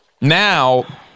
now